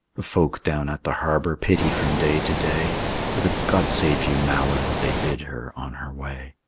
the folk down at the harbor pity from day to day with a god save you, malyn! they bid her on her way.